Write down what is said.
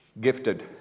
gifted